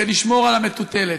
ולשמור על המטוטלת.